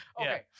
Okay